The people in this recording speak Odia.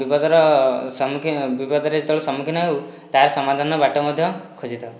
ବିପଦର ବିପଦର ଯେତେବେଳେ ସମ୍ମୁଖୀନ ହେଉ ତା'ର ସମାଧନର ବାଟ ମଧ୍ୟ ଖୋଜିଥାଉ